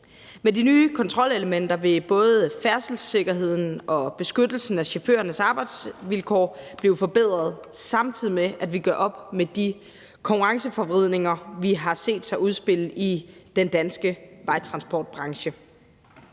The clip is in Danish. Med de nye kontrolelementer vil både færdselssikkerheden og beskyttelsen af chaufførernes arbejdsvilkår blive forbedret, samtidig med at vi gør op med de konkurrenceforvridninger, vi har set udspille sig i den danske vejtransportbranche.